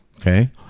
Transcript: okay